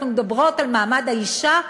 אנחנו מדברות על מעמד האישה,